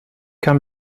kann